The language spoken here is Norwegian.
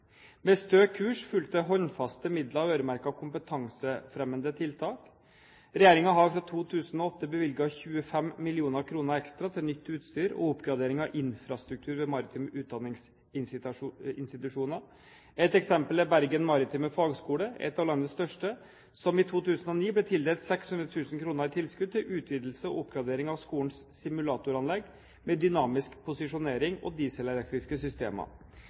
Med «Stø kurs» fulgte det håndfaste midler øremerket kompetansefremmende tiltak: Regjeringen har fra 2008 bevilget 25 mill. kr ekstra til nytt utstyr og oppgradering av infrastruktur ved maritime utdanningsinstitusjoner. Et eksempel er Bergen maritime fagskole, en av landets største, som i 2009 ble tildelt 600 000 kr i tilskudd til utvidelse og oppgradering av skolens simulatoranlegg med dynamisk posisjonering og dieselelektriske systemer.